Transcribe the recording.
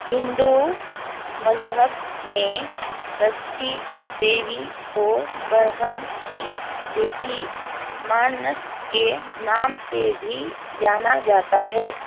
ہندو مذہب میں ششٹی دیوی کو برہم کی بیٹی مانس کے نام سے بھی جانا جاتا ہے